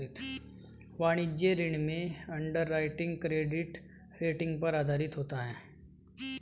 वाणिज्यिक ऋण में अंडरराइटिंग क्रेडिट रेटिंग पर आधारित होता है